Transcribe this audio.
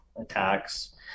attacks